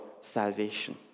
salvation